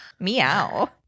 Meow